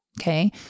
Okay